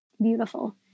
Beautiful